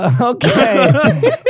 Okay